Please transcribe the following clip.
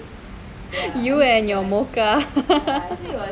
you and your mocha